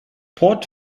port